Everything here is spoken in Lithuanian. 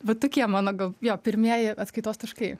va tokie mano gal jo pirmieji atskaitos taškai